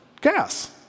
Gas